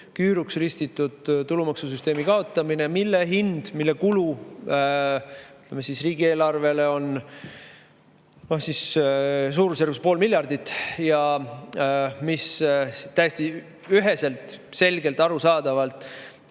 küüruks ristitud tulumaksusüsteemi kaotamine, mille kulu riigieelarvele on suurusjärgus pool miljardit ja mis täiesti üheselt, selgelt ja arusaadavalt